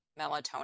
melatonin